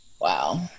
Wow